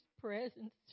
presence